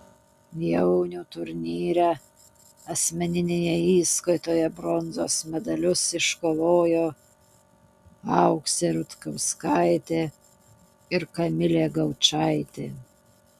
jaunių turnyre asmeninėje įskaitoje bronzos medalius iškovojo auksė rutkauskaitė ir kamilė gaučaitė